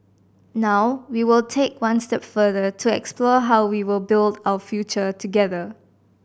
now we will take one step further to explore how we will build out future together